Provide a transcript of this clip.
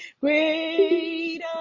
great